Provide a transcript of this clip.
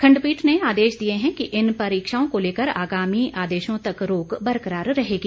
खंडपीठ ने आदेश दिए हैं कि इन परीक्षाओं को लेकर आगामी आदेशों तक रोक बरकरार रहेगी